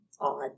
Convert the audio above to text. odd